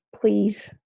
please